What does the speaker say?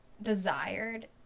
desired